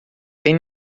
tem